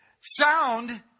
sound